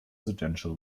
residential